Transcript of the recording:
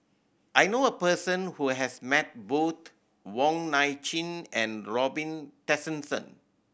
I know a person who has met both Wong Nai Chin and Robin Tessensohn